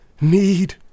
need